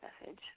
message